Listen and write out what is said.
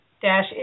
dash